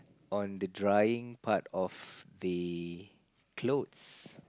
on the drying part of the clothes